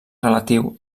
relatiu